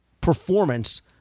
performance